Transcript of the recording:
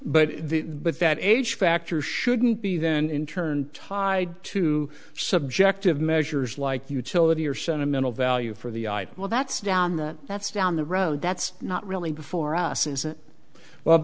but the but that age factor shouldn't be then in turn tied to subjective measures like utility or sentimental value for the item well that's down that that's down the road that's not really before us